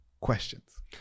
questions